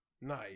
Nice